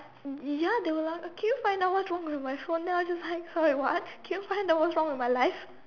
ya they were like can you find out what's wrong with my phone then I was just like what can you find out what's wrong with my life